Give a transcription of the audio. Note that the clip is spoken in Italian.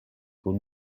con